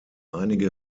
einige